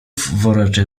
woreczek